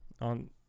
on